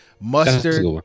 Mustard